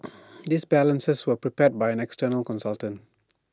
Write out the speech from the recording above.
these balances were prepared by an external consultant